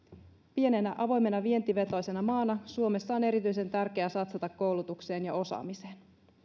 pienenä avoimena vientivetoisena maana suomessa on erityisen tärkeää satsata koulutukseen ja osaamiseen